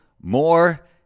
more